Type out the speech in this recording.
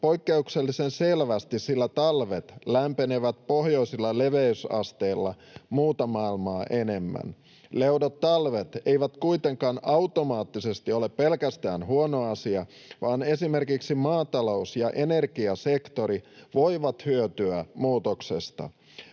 poikkeuksellisen selvästi, sillä talvet lämpenevät pohjoisilla leveysasteilla muuta maailmaa enemmän. Leudot talvet eivät kuitenkaan automaattisesti ole pelkästään huono asia, vaan esimerkiksi maatalous‑ ja energiasektori voivat hyötyä muutoksesta.